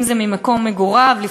אם ממקום מגוריו.